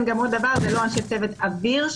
זה לא אנשי צוות אוויר,